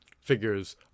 figures